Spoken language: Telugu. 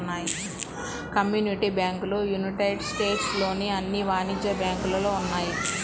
కమ్యూనిటీ బ్యాంకులు యునైటెడ్ స్టేట్స్ లోని అన్ని వాణిజ్య బ్యాంకులలో ఉన్నాయి